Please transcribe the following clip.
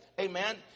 Amen